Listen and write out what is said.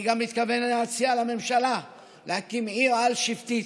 אני גם מתכוון להציע לממשלה להקים עיר אל-שבטית,